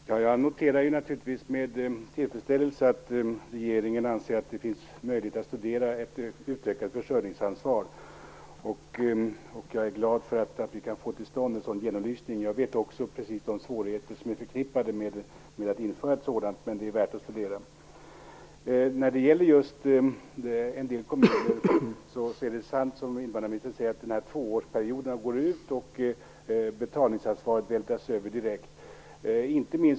Herr talman! Jag noterar naturligtvis med tillfredsställelse att regeringen anser att det finns möjlighet att studera ett utvecklat försörjningsansvar. Jag är glad för att vi kan få till stånd en sådan genomlysning. Jag känner också till de svårigheter som är förknippade med att införa ett sådant, men det är värt att studera. När det gäller en del kommuner är det sant, som invandrarministern säger, att betalningsansvaret vältras över direkt när tvåårsperioden går ut.